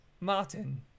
Martin